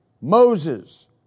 Moses